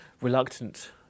reluctant